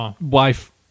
Wife